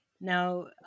Now